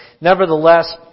Nevertheless